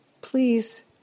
Please